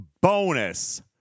bonus